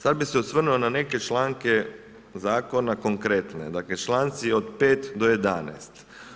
Sad bi se osvrnuo na neke članke zakona, konkretnom, dakle, članci od 5. do 11.